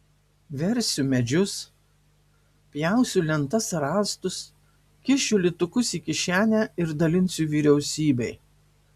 versiu medžius pjausiu lentas ar rąstus kišiu litukus į kišenę ir dalinsiu vyriausybei